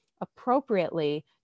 appropriately